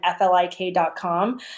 flik.com